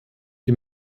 wir